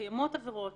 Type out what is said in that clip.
קיימות עבירות